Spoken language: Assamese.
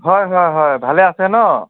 হয় হয় হয় ভালে আছে ন